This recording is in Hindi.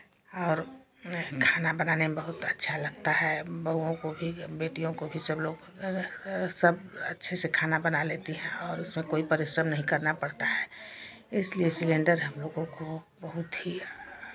और वह खाना बनाने में बहुत अच्छा लगता है अब बहुओं को भी बेटियों को भी सबलोग को सब अच्छे से खाना बना लेती हैं और उसमें कोई परिश्रम नहीं करना पड़ता है इसलिए सिलेण्डर हमलोग को बहुत ही